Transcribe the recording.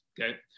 Okay